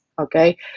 Okay